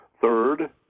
Third